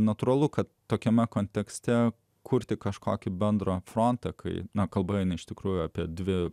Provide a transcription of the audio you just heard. natūralu kad tokiame kontekste kurti kažkokį bendrą frontą kai kalba eina iš tikrųjų apie dvi